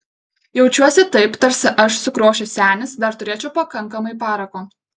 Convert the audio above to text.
jaučiuosi taip tarsi aš sukriošęs senis dar turėčiau pakankamai parako